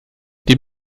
dem